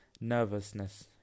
nervousness